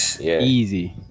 Easy